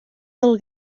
del